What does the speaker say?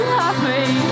happy